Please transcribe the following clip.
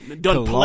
Done